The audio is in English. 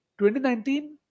2019